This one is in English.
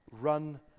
run